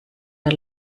der